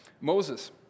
Moses